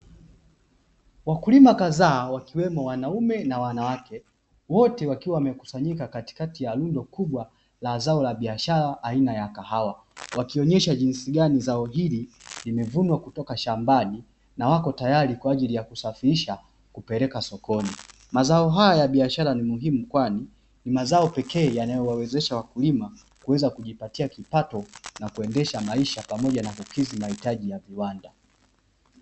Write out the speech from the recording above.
Wakulima kadhaa wakiwemo wanaume na wanawake wote wakiwa wamekusanyika katikati ya lundo kubwa la zao la biashara aina ya kahawa, wakionyesha jinsi gani zao hili limevunwa kutoka shambani na wako tayari kwa ajili ya kusafirisha kupeleka sokoni, mazao haya ya biashara ni muhimu kwani ni mazao pekee yanayowawezesha wakulima kuweza kujipatia kipato na kuendesha maisha pamoja na kukizi mahitaji ya viwanda.